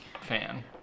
fan